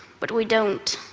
but we don't.